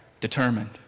determined